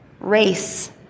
Race